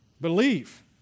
believe